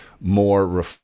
more